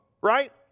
right